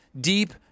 deep